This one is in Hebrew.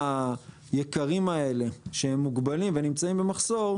היקרים האלה שהם מוגבלים והם נמצאים במחסור,